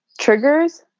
triggers